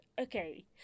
okay